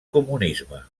comunisme